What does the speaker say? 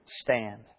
stand